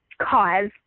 cause